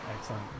Excellent